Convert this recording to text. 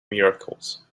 miracles